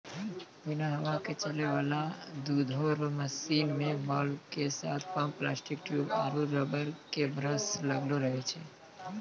बिना हवा के चलै वाला दुधो रो मशीन मे वाल्व के साथ पम्प प्लास्टिक ट्यूब आरु रबर के ब्रस लगलो रहै छै